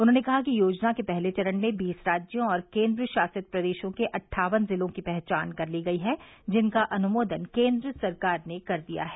उन्होंने कहा कि योजना के पहले चरण में बीस राज्यों और केन्द्रशासित प्रदेशों के अट्ठावन जिलों की पहचान कर ली गई है जिनका अनुमोदन केन्द्र सरकार ने कर दिया है